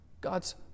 God's